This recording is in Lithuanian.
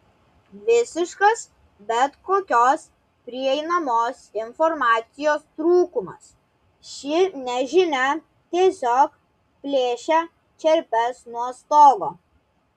visiškas bet kokios prieinamos informacijos trūkumas ši nežinia tiesiog plėšia čerpes nuo stogo